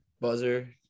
buzzer